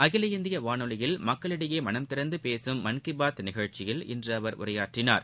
அகில இந்தியவானொலியில் மக்களிடையேமனம் திறந்துபேசும் மன் கீபாத் நிகழ்ச்சியில் அவர் இன்றுஉரையாற்றினார்